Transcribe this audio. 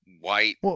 white